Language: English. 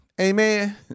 Amen